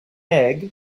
egg